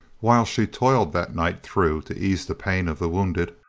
while she toiled that night through to ease the pain of the wounded,